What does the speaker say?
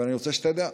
אבל אני רוצה שתדע,